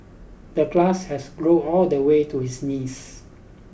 the glass has grow all the way to his knees